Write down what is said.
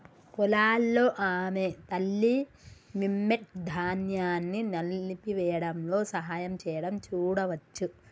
పొలాల్లో ఆమె తల్లి, మెమ్నెట్, ధాన్యాన్ని నలిపివేయడంలో సహాయం చేయడం చూడవచ్చు